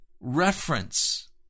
reference